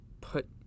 put